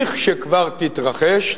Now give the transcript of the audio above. כשכבר תתרחש.